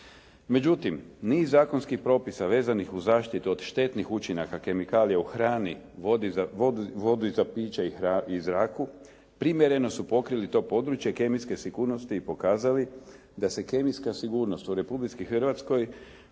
Međutim, niz zakonskih propisa vezanih uz zaštitu od štetnih učinaka kemikalija u hrani, vodi za piće i zraku, primjereno su pokrili to područje kemijske sigurnosti i pokazali da se kemijska sigurnost u Republici Hrvatskoj